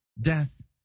Death